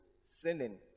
sinning